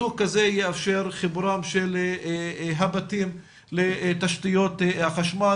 ניתוק כזה יאפשר חיבורם של הבתים לתשתיות החשמל